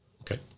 Okay